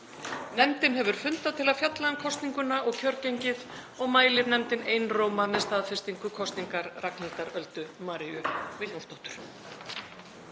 Nefndin hefur fundað til að fjalla um kosninguna og kjörgengið og mælir nefndin einróma með staðfestingu kosningar Ragnhildar Öldu Maríu Vilhjálmsdóttur.